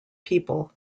people